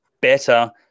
better